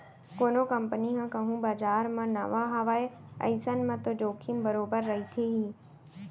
कोनो कंपनी ह कहूँ बजार म नवा हावय अइसन म तो जोखिम बरोबर रहिथे ही